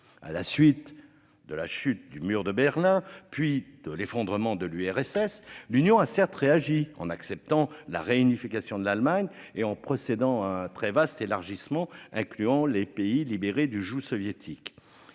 À la suite de la chute du mur de Berlin, puis de l'effondrement de l'URSS, l'Union a certes réagi en acceptant la réunification de l'Allemagne et en procédant un très vaste élargissement incluant les pays libérés du joug soviétique,